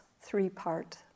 three-part